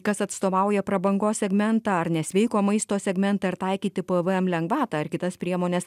kas atstovauja prabangos segmentą ar nesveiko maisto segmentą ir taikyti pvm lengvatą ar kitas priemones